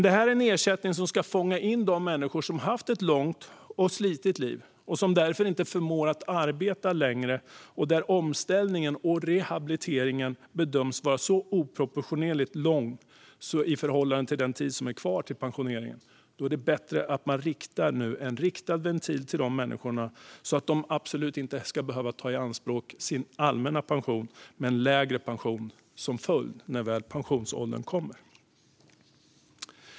Det här är en ersättning som ska fånga in de människor som haft ett långt och slitigt arbetsliv och därför inte förmår att arbeta längre och där omställningen och rehabiliteringen bedöms vara oproportionerligt lång i förhållande till den tid som är kvar till pensionen. Då är det bättre att det nu blir en riktad ventil för de människorna, så att de absolut inte ska behöva ta i anspråk sin allmänna pension med en lägre pension som följd när väl pensionsåldern nåtts.